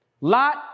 Lot